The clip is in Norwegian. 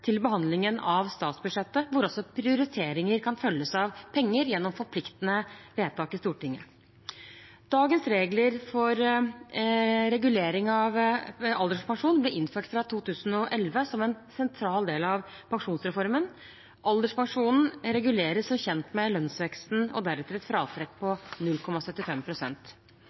til behandlingen av statsbudsjettet, der også prioriteringer kan følges av penger gjennom forpliktende vedtak i Stortinget. Dagens regler for regulering av alderspensjon ble innført fra 2011 som en sentral del av pensjonsreformen. Alderspensjonen reguleres som kjent med lønnsveksten og deretter et fratrekk på